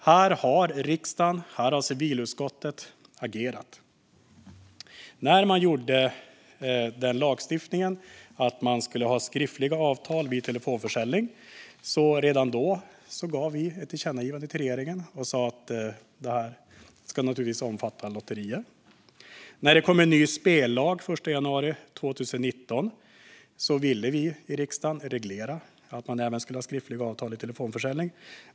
Här har riksdagen, civilutskottet, agerat. Redan när lagstiftningen om skriftliga avtal vid telefonförsäljning infördes riktade vi ett tillkännagivande till regeringen och sa att detta naturligtvis även ska omfatta lotterier. När det kom en ny spellag den 1 januari 2019 ville vi i riksdagen reglera att skriftliga avtal skulle krävas vid telefonförsäljning.